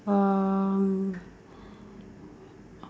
um